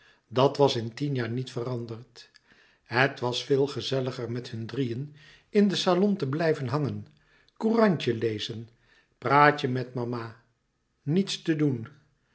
dat was in tien jaar niet veranderd het was veel gezelliger met hun drieën in den salon te blijven hangen courantje lezen praatje met mama niets te doen